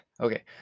okay